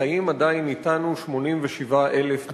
חיים עדיין אתנו 87,000 בערך.